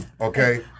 okay